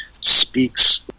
speaks